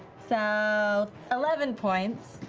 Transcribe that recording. so eleven points.